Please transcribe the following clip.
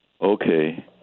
Okay